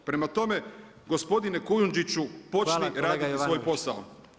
Prema tome, gospodine Kujundžiću počni raditi svoj posao.